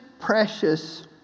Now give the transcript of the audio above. precious